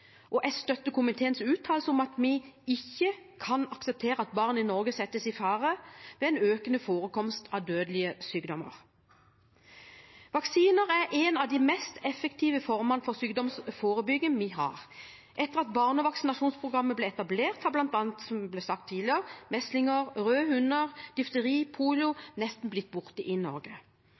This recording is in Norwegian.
og jeg støtter komiteens uttalelser om at vi ikke kan akseptere at barn i Norge settes i fare ved en økende forekomst av dødelige sykdommer. Vaksiner er en av de mest effektive formene for sykdomsforebygging vi har. Etter at barnevaksinasjonsprogrammet ble etablert, har – som det ble sagt tidligere – bl.a. meslinger, røde hunder, difteri og polio nesten blitt borte i Norge.